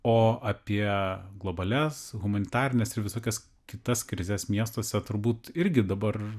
o apie globalias humanitarines ir visokias kitas krizes miestuose turbūt irgi dabar